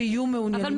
שיהיו מעוניינים.